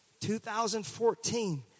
2014